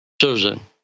Susan